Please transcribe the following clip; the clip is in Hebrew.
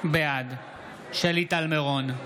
בעד שלי טל מירון,